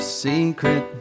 secret